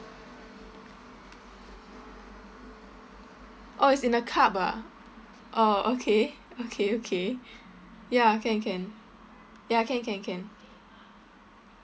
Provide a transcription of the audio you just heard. oh it's in a cup ah oh okay okay okay ya can can ya can can can